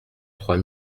trois